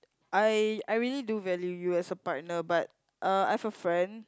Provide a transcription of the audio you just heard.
I I really do value you as a partner but uh I've friend